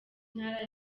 intara